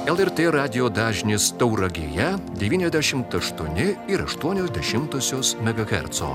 lrt radijo dažnis tauragėje devyniasdešimt aštuoni ir aštuonios dešimtosios megaherco